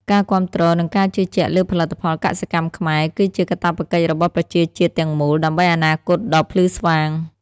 ការគាំទ្រ និងការជឿជាក់លើផលិតផលកសិកម្មខ្មែរ គឺជាកាតព្វកិច្ចរបស់ប្រជាជាតិទាំងមូល ដើម្បីអនាគតដ៏ភ្លឺស្វាង។